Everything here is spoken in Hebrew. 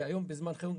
שהיום בשעת חירום,